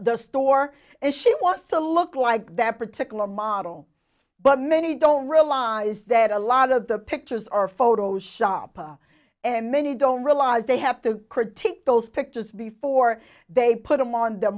the store and she wants to look like that particular model but many don't realize that a lot of the pictures are photoshop are and many don't realize they have to critique those pictures before they put them on the